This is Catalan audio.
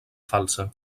falsa